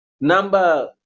Number